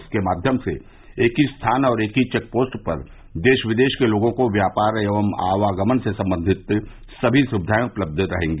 इसके माध्यम से एक ही स्थान और एक ही चेक पोस्ट पर देश विदेश के लोगों को व्यापार एवं आवागमन से संबंधित सभी सुविधाएं उपलब्ध होंगी